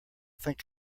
think